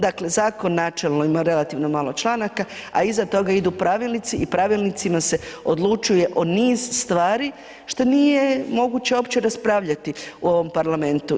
Dakle, zakon načelno ima relativno malo članaka, a iza toga idu pravilnici i pravilnicima se odlučuje o niz stvari, što nije moguće uopće raspravljati u ovom parlamentu.